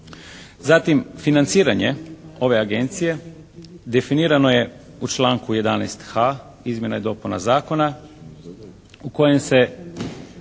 Zatim, financiranje ove agencije definirano je u članku 11h. izmjena i dopuna zakona u kojem se